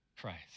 Christ